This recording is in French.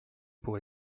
pour